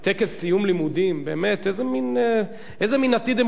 איזה מין עתיד הם רואים לעצמם כשהם עושים דברים כאלה?